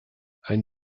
ein